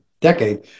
decade